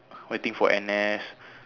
waiting for N_S